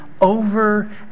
over